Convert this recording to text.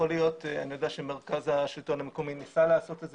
אני יודע שמרכז השלטון המקומי ניסה לעשות את זה